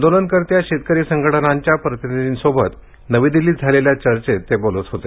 आंदोलनकर्त्या शेतकरी संघटनांच्या प्रतिनिधींसोबत नवी दिल्लीत झालेल्या चर्चेत ते बोलत होते